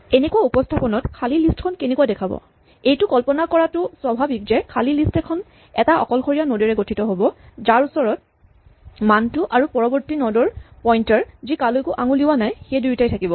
এনেকুৱা উপস্হাপনত খালী লিষ্ট খন কেনেকুৱা দেখাব এইটো কল্পনা কৰাটো স্বাভাৱিক যে খালী লিষ্ট এখন এটা অকলশৰীয়া নড ৰে গঠিত হ'ব যাৰ ওচৰত মানটো আৰু পৰৱৰ্তী নড ৰ পইন্টাৰ যি কালৈকো আঙুলিওৱা নাই সেই দুয়োটাই থাকিব